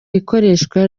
ikoreshwa